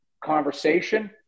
conversation